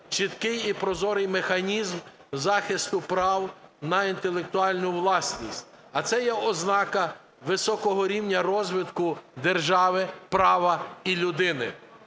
чіткий і прозорий механізм захисту прав на інтелектуальну власність, а це є ознака високого рівня розвитку держави, права і людини.